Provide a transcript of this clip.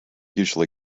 usually